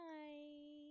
Bye